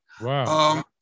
Wow